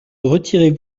retirez